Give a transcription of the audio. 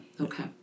Okay